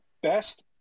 best